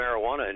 marijuana